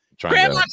Grandma